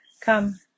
Come